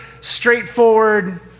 straightforward